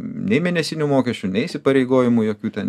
nei mėnesinių mokesčių nei įsipareigojimų jokių ten